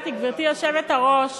גברתי היושבת-ראש,